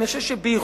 אני חושב שבייחוד